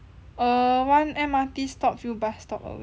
err one M_R_T stop few bus stops away